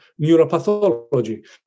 neuropathology